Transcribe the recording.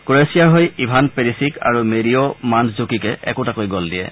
ক্ৰ'ৱেছিয়াৰ হৈ Ivan Perisic আৰু Mario মাণুজুকিকে একোটাকৈ গল দিয়ে